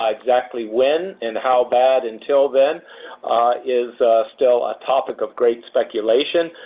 ah exactly when and how bad until then is still a topic of great speculation,